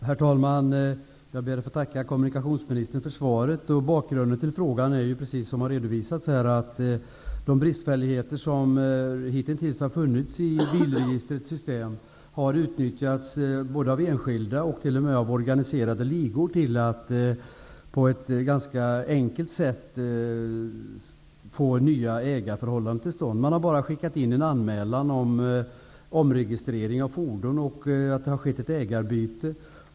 Herr talman! Jag ber att få tacka kommunikationsministern för svaret. Bakgrunden till frågan är de bristfälligheter som hittills har funnits i användningen av bilregistret. Dessa brister har utnyttjats av både enskilda och t.o.m. organiserade ligor till att på ett ganska enkelt sätt få nya ägarförhållanden till stånd. En anmälan har skickats in om omregistrering av fordonet och ett ägarbyte.